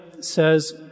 says